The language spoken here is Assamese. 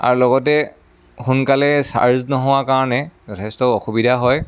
আৰু লগতে সোনকালে চাৰ্জ নোহোৱা কাৰণে যথেষ্ট অসুবিধা হয়